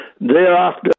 thereafter